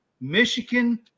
Michigan